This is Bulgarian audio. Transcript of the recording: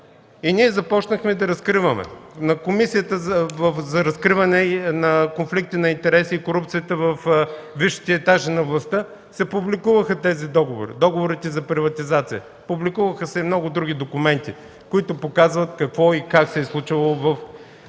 И ние започнахме да разкриваме. На Комисията за разкриване на конфликт за интереси и корупцията във висшите етажи на властта се публикуваха тези договори – договорите за приватизация. Публикуваха се и много други документи, които показват какво и как се е случвало в българската